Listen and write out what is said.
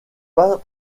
pas